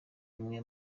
imwe